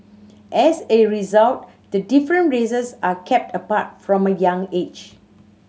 as a result the different races are kept apart from a young age